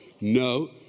No